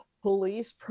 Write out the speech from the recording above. Police